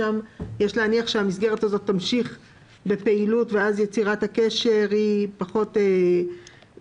יש להניח שהמסגרת הזאת תמשיך בפעילות ואז יצירת הקשר לא נדרשת,